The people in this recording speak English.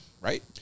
right